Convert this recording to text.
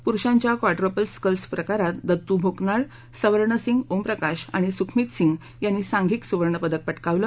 पुरुषांच्या quadruple sculls प्रकारात दत्तू भोकनाळ सवर्ण सिंग ओमप्रकाश आणि सुखमित सिंग यांनी सांघिक सुवर्ण पदक पटकावलं